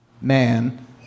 Man